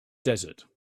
desert